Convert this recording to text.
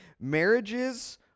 Marriages